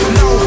no